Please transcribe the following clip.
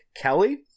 Kelly